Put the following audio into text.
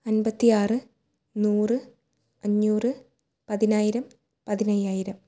അൻപത്തി ആറ് നൂറ് അഞ്ഞൂറ് പതിനായിരം പതിനയ്യായിരം